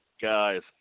Guys